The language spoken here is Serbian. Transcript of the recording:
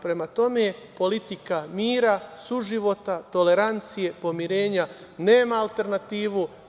Prema tome, politika mira, suživota, tolerancije, pomirenja nema alternativu.